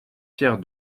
pierre